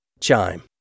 Chime